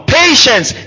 patience